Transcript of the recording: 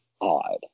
odd